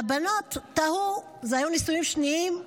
והבנות תהו, אלה היו נישואים שניים,